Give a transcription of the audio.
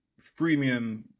freemium